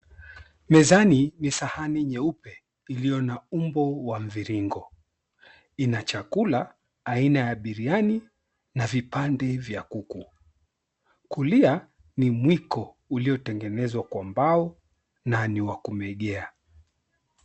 Mezani ni sahani nyeupe iliyo na umbo wa mviringo, ina chakula aina ya biriyani na vipande vya kuku. Kulia ni mwiko uliotengenezwa kwa mbao na ni wa kumegea.